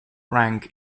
rank